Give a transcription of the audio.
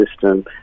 system